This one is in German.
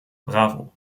bravo